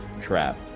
Trap